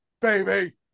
baby